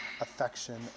affection